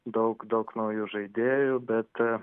daug daug naujų žaidėjų bet